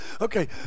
okay